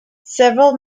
several